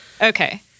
Okay